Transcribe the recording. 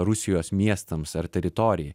rusijos miestams ar teritorijai